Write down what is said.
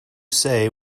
say